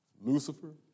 Lucifer